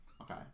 okay